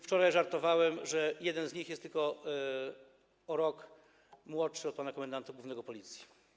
Wczoraj żartowałem, że jeden z nich jest tylko o rok młodszy od pana komendanta głównego Policji.